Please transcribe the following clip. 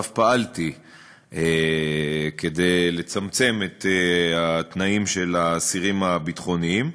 ואף פעלתי לצמצם את התנאים של האסירים הביטחוניים.